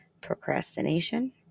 Procrastination